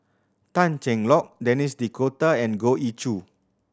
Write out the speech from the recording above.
Tan Cheng Lock Denis D'Cotta and Goh Ee Choo